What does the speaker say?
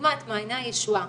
את מעייני הישועה,